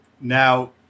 Now